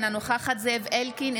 אינה נוכחת זאב אלקין,